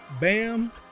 Bam